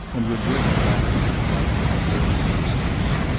and were driven back from the park to the dillsborough station.